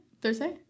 Thursday